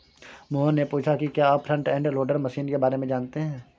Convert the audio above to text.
मोहन ने पूछा कि क्या आप फ्रंट एंड लोडर मशीन के बारे में जानते हैं?